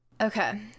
Okay